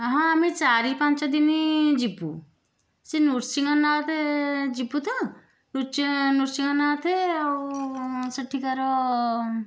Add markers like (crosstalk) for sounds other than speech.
ହଁ ଆମେ ଚାରି ପାଞ୍ଚ ଦିନ ଯିବୁ ସେ ନୃସିଂହନାଥ ଯିବୁ ତ (unintelligible) ନୃସିଂହନାଥ ଆଉ ସେଠିକାର